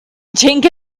drink